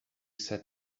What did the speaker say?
said